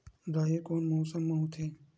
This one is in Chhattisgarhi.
राहेर कोन मौसम मा होथे?